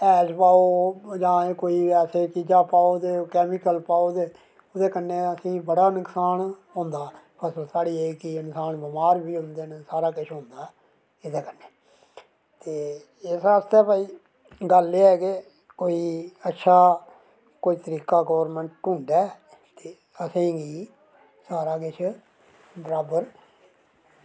हैल पाओ जां कोई ऐसे चीजां पाओ ते कैमिकल पाओ ते ओह्दे कन्नै असेंगी बड़ा नुकसान होंदा ते अस कदें बमार बी होंदे न सारा किश होंदा एह्दे कन्नै ते इस आस्तै भई गल्ल एह् ऐ कि भई अच्छा कोई तरीका गौरमैंट ढुूढे ते असेंगी सारा किश बराबर